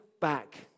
back